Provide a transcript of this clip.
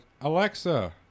Alexa